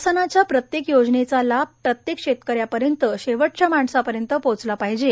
शासनाच्या प्रत्येक योजनेचा लाभ प्रत्येक शेतकऱ्यांपर्यंत शेवटच्या माणसापर्यंत पोहोचला पाहिजे